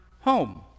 home